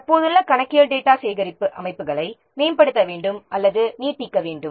தற்போதுள்ள கணக்கியல் டேட்டா சேகரிப்பு அமைப்புகளை மேம்படுத்த வேண்டும் அல்லது நீட்டிக்க வேண்டும்